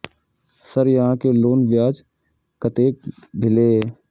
Sir यहां के loan ब्याज कतेक भेलेय?